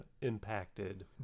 impacted